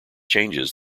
changes